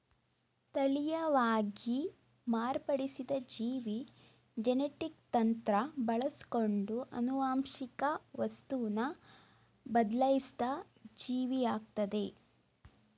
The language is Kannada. ತಳೀಯವಾಗಿ ಮಾರ್ಪಡಿಸಿದ ಜೀವಿ ಜೆನೆಟಿಕ್ ತಂತ್ರ ಬಳಸ್ಕೊಂಡು ಆನುವಂಶಿಕ ವಸ್ತುನ ಬದ್ಲಾಯ್ಸಿದ ಜೀವಿಯಾಗಯ್ತೆ